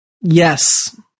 Yes